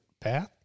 path